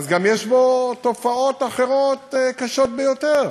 אז גם יש בו תופעות אחרות, קשות ביותר,